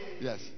Yes